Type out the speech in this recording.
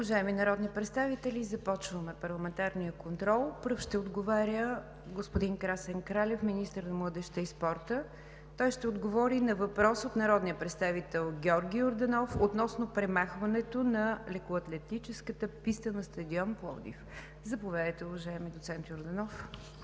Уважаеми народни представители, продължаваме с парламентарния контрол. Пръв ще отговаря господин Красен Кралев – министър на младежта и спорта. Той ще отговори на въпрос от народния представител Георги Йорданов относно премахването на лекоатлетическата писта на стадион „Пловдив“. Заповядайте, уважаеми доцент Йорданов.